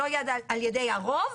לא על ידי הרוב,